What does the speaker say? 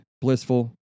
blissful